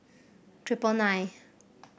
triple nine